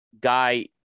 Guy